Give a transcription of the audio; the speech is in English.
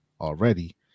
already